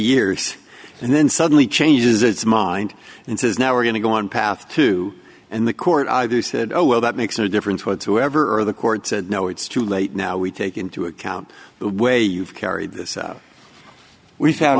years and then suddenly changes its mind and says now we're going to go on path two and the court i do said oh well that makes no difference whatsoever or the court said no it's too late now we take into account the way you've carried this out we